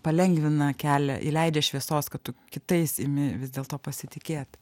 palengvina kelią įleidžia šviesos kad tu kitais imi vis dėlto pasitikėt